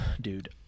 Dude